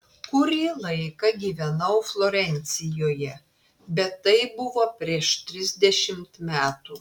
kurį laiką gyvenau florencijoje bet tai buvo prieš trisdešimt metų